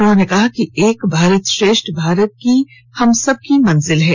उन्होंने कहा कि एक भारत श्रेष्ठ भारत ही हमसब की मंजिल है